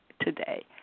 today